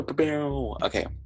okay